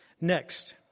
Next